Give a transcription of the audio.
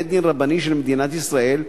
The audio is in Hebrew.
בית-דין רבני של מדינת ישראל,